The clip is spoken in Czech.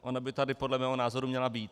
Ona by tady podle mého názoru měla být.